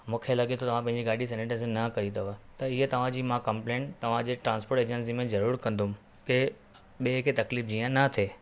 मूंखे लॻे थो तव्हां पंहिंजी गाॾी सेनीटाइज़र न कई अथव त इहे तव्हांजी मां कम्लेंट तव्हांजे ट्रांसपोर्ट एजेंसी में ज़रूरु कंदुमि कंहिं ॿिए खे तकलीफ़ु जीअं न थिए